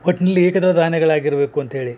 ಒಟ್ನಿಲ್ಲಿ ಏಕದಳ ಧಾನ್ಯಗಳಾಗಿರ್ಬೇಕು ಅಂತ್ಹೇಳಿ